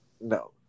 no